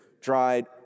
dried